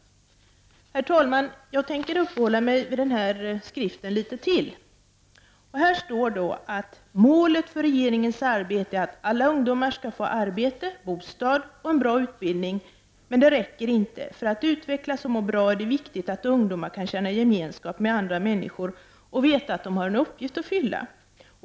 Herr talman! Jag tänker uppehålla mig vid den här skriften litet till. Här står att ”målet för regeringens arbete är att alla ungdomar skall få arbete, bostad och en bra utbildning. Men det räcker inte. För att utvecklas och må bra är det viktigt att ungdomar kan känna gemenskap med andra människor och veta att de har en uppgift att fylla.